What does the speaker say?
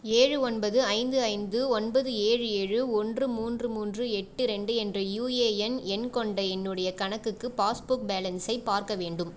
ஏழு ஒன்பது ஐந்து ஐந்து ஒன்பது ஏழு ஏழு ஒன்று மூன்று மூன்று எட்டு ரெண்டு என்ற யூஏஎன் எண் கொண்ட என்னுடைய கணக்குக்கு பாஸ்புக் பேலன்ஸை பார்க்க வேண்டும்